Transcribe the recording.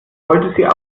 wollte